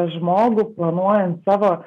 žmogų planuojant savo